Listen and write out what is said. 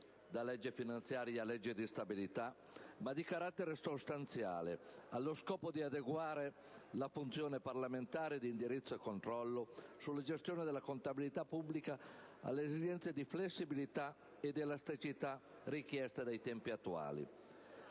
da legge finanziaria a legge di stabilità - ma anche di carattere sostanziale, in vista dell'adeguamento della funzione parlamentare di indirizzo e controllo sulla gestione della contabilità pubblica alle esigenze di flessibilità e di elasticità richieste dai tempi attuali.